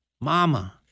Mama